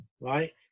right